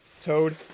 Toad